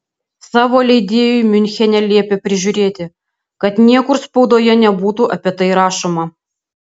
savo leidėjui miunchene liepė prižiūrėti kad niekur spaudoje nebūtų apie tai rašoma